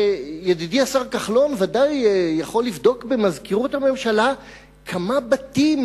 וידידי השר כחלון ודאי יכול לבדוק במזכירות הממשלה כמה בתים